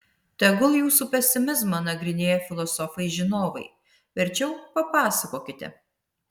tegul jūsų pesimizmą nagrinėja filosofai žinovai verčiau papasakokite